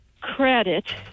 credit